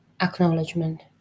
acknowledgement